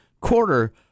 Quarter